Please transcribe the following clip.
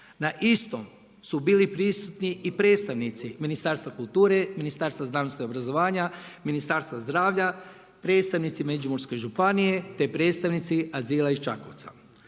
Na istom su bili prisutni i predstavnici Ministarstva kulture, Ministarstva znanosti i obrazovanja, Ministarstva zdravlja, predstavnici Međimurske županije te predstavnici azila iz Čakovca.